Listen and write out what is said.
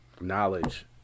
knowledge